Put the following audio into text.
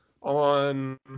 on